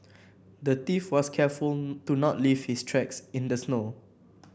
the thief was careful to not leave his tracks in the snow